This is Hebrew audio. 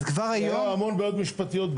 אז כבר היום --- יהיו המון בעיות משפטיות.